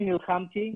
אני נלחמתי,